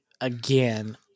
again